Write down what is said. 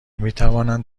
میتوانند